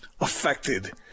affected